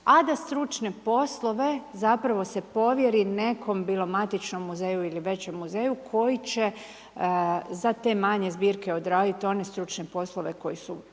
a da stručne poslove zapravo se povjeri nekom bilo matičnom muzeju ili većem muzeju, koji će za te manje zbirke odradit one stručne poslove koji su